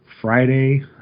Friday